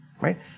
right